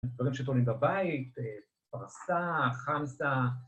וגם שתולים בבית, פרסה, חמסה